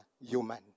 human